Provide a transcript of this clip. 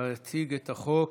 יציג את החוק